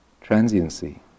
transiency